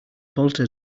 bolted